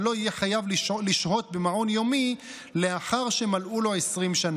ולא יהיה חייב לשהות במעון יומי לאחר שמלאו לו 20 שנה.